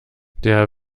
der